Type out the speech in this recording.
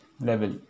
level